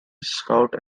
scout